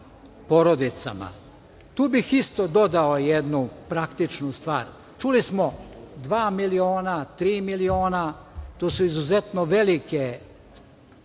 bih isto dodao jednu praktičnu stvar. Čuli smo dva miliona, tri miliona. To su izuzetno velike svote